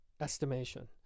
estimation